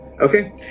Okay